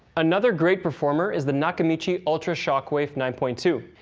another great performer is the nakamichi ultra shockwafe nine point two.